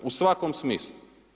U svakom smislu.